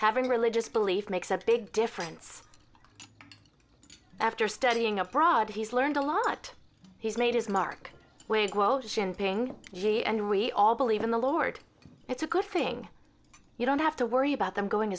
having religious belief makes a big difference after studying abroad he's learned a lot he's made his mark waid well jinping he and we all believe in the lord it's a good thing you don't have to worry about them going